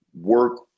work